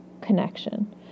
connection